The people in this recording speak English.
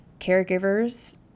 caregivers